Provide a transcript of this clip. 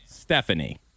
Stephanie